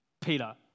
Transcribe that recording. Peter